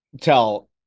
tell